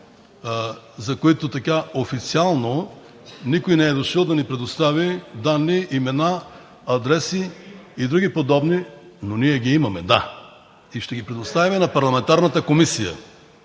за които официално никой не е дошъл да ни предостави данни, имена, адреси и други подобни, но ние ги имаме, да и ще ги предоставим на парламентарната комисия.